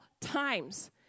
times